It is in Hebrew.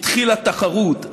התחילה תחרות,